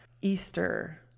Easter